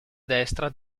destra